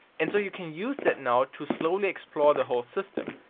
and so you can use that now to slowly explore the whole system.